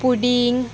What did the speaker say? pudding